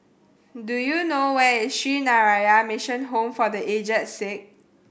do you know where is Sree Narayana Mission Home for The Aged Sick